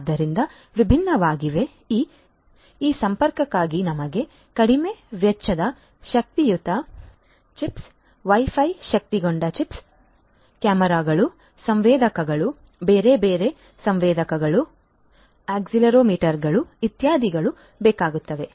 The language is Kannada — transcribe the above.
ಆದ್ದರಿಂದ ವಿಭಿನ್ನವಾಗಿವೆ ಈ ಸಂಪರ್ಕಕ್ಕಾಗಿ ನಮಗೆ ಕಡಿಮೆ ವೆಚ್ಚದ ಶಕ್ತಿಯುತ ಚಿಪ್ಸ್ ವೈ ಫೈ ಶಕ್ತಗೊಂಡ ಚಿಪ್ಸ್ ಕ್ಯಾಮೆರಾಗಳು ಸಂವೇದಕಗಳು ಬೇರೆ ಬೇರೆ ಸಂವೇದಕಗಳು ಅಕ್ಸೆಲೆರೊಮೀಟರ್ಗಳು ಇತ್ಯಾದಿಗಳು ಬೇಕಾಗುತ್ತವೆ